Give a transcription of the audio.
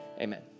Amen